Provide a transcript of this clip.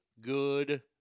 good